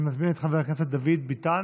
אני מזמין את חבר הכנסת דוד ביטן,